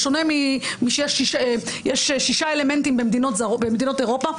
בשונה מ יש שישה אלמנטים במדינות אירופה,